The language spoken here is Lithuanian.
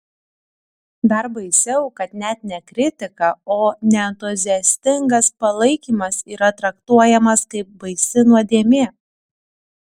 dar baisiau kad net ne kritika o neentuziastingas palaikymas yra traktuojamas kaip baisi nuodėmė